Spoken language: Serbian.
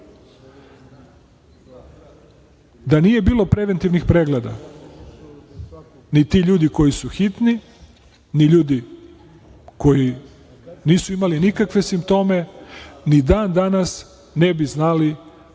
Da nije bilo preventivnih pregleda ni ti ljudi koji su hitni, ni ljudi koji nisu imali nikakve simptome ni dan danas ne bi znali